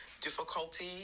difficulty